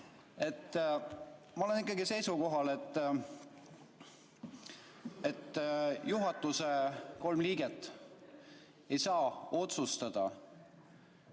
Ma olen ikkagi seisukohal, et juhatuse kolm liiget ei saa otsustada,